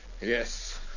yes